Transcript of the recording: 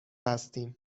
هستیم